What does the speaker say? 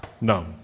No